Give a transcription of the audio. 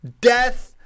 death